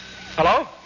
Hello